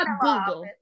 Google